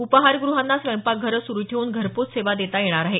उपाहारग्रहांना स्वयंपाकघरं सुरू ठेवून घरपोच सेवा देता येणार आहे